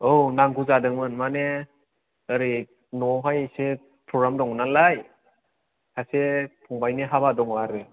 औ नांगौ जादोंमोन माने ओरै न'आवहाय एसे प्र'ग्राम दंमोन नालाय सासे फंबायनि हाबा दङ आरो